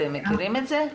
אתם מכירים את זה?